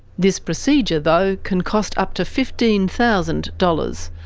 this procedure though can cost up to fifteen thousand dollars.